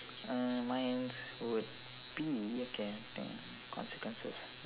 uh mine's would be okay let me think consequences